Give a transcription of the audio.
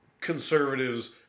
conservatives